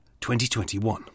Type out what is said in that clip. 2021